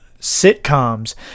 sitcoms